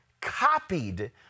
copied